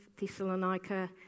Thessalonica